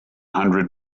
hundred